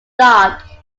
lock